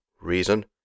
reason